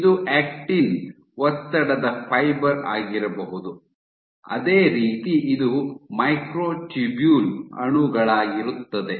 ಇದು ಆಕ್ಟಿನ್ ಒತ್ತಡದ ಫೈಬರ್ ಆಗಿರಬಹುದು ಅದೇ ರೀತಿ ಇದು ಮೈಕ್ರೊಟ್ಯೂಬ್ಯೂಲ್ ಅಣುಗಳಾಗಿರುತ್ತದೆ